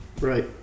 Right